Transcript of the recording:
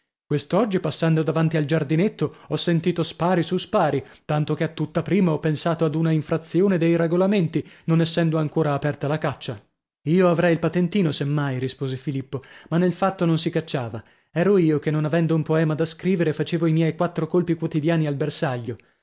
quest'oggi passando davanti al giardinetto ho sentito spari su spari tanto che a tutta prima ho pensato ad una infrazione dei regolamenti non essendo ancora aperta la caccia io avrei il patentino se mai rispose filippo ma nel fatto non si cacciava ero io che non avendo un poema da scrivere facevo i miei quattro colpi quotidiani al bersaglio